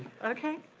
okay,